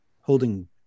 holding